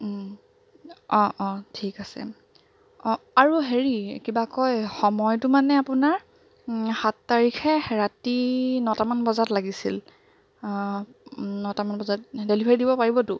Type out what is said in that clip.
অঁ অঁ ঠিক আছে অঁ আৰু হেৰি কিবা কয় সময়টো মানে আপোনাৰ সাত তাৰিখে ৰাতি নটামান বজাত লাগিছিল নটামান বজাত ডেলিভাৰি দিব পাৰিবতো